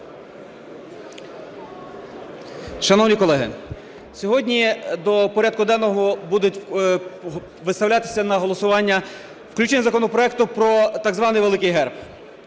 Шановні колеги, сьогодні до порядку денного буде виставлятися на голосування включення законопроекту про так званий великий герб.